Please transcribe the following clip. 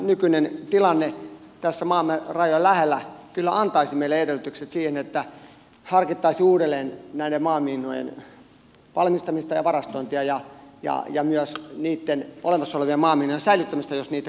nykyinen tilanne tässä maamme rajojen lähellä kyllä antaisi meille edellytykset siihen että harkittaisiin uudelleen näiden maamiinojen valmistamista ja varastointia ja myös niitten olemassa olevien maamiinojen säilyttämistä jos niitä kaikkia ei ole vielä tuhottu